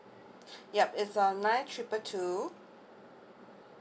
yup it's a nine triple two